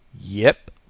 Yep